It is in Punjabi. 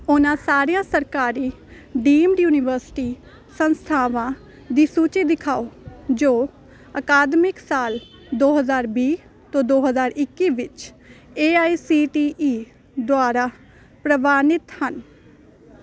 ਉਹਨਾਂ ਸਾਰੀਆਂ ਸਰਕਾਰੀ ਡੀਮਡ ਯੂਨੀਵਰਸਿਟੀ ਸੰਸਥਾਵਾਂ ਦੀ ਸੂਚੀ ਦਿਖਾਓ ਜੋ ਅਕਾਦਮਿਕ ਸਾਲ ਦੋ ਹਜ਼ਾਰ ਵੀਹ ਤੋਂ ਦੋ ਹਜ਼ਾਰ ਇੱਕੀ ਵਿੱਚ A I C T E ਦੁਆਰਾ ਪ੍ਰਵਾਨਿਤ ਹਨ